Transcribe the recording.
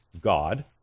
God